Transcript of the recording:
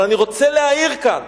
אבל אני רוצה להעיר כאן